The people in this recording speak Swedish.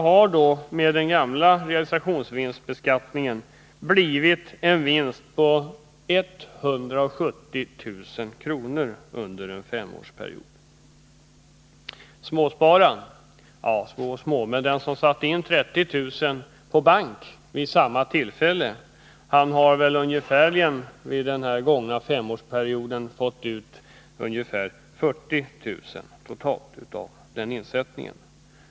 har, med den gamla realisationsvinstbeskattningen, blivit en vinst på 170000 kr. under en femårsperiod. Den som satte in 30 000 kr. på bank vid samma tillfälle har efter den gångna femårsperioden fått ut ungefär 40 000 kr. totalt.